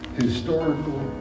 historical